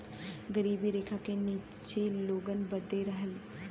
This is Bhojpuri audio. गरीबी रेखा के नीचे के लोगन बदे रहल